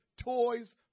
toys